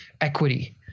equity